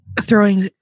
throwing